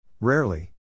Rarely